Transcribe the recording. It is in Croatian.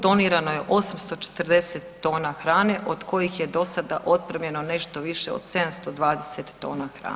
Donirano je 840 tona hrane, od kojih je do sada otpremljeno nešto više od 720 tona hrane.